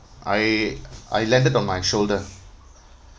I I landed on my shoulder